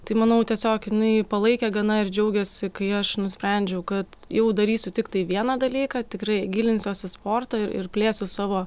tai manau tiesiog jinai palaikė gana ir džiaugėsi kai aš nusprendžiau kad jau darysiu tiktai vieną dalyką tikrai gilinsiuosi į sportą ir plėsiu savo